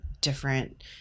different